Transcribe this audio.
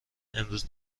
امروز